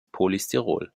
polystyrol